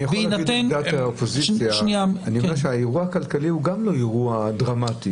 אני חושב שהאירוע הכלכלי הוא גם לא אירוע דרמטי,